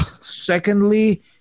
Secondly